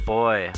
boy